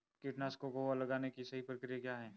कीटनाशकों को लगाने की सही प्रक्रिया क्या है?